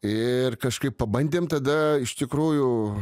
ir kažkaip pabandėm tada iš tikrųjų